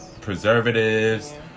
preservatives